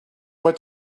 what